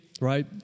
right